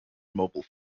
mobile